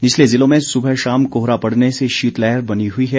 निचले जिलों में सुबह शाम कोहरा पड़ने से शीतलहर बनी हुई है